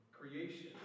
creation